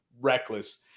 reckless